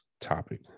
topic